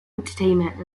entertainment